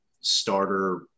starter